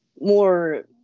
more –